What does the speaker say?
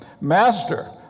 master